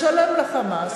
משלם ל"חמאס",